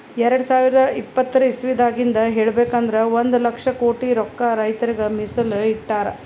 ಎರಡ ಸಾವಿರದ್ ಇಪ್ಪತರ್ ಇಸವಿದಾಗಿಂದ್ ಹೇಳ್ಬೇಕ್ ಅಂದ್ರ ಒಂದ್ ಲಕ್ಷ ಕೋಟಿ ರೊಕ್ಕಾ ರೈತರಿಗ್ ಮೀಸಲ್ ಇಟ್ಟಿರ್